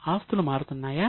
ఆస్తులు మారుతున్నాయా